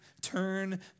turn